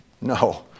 No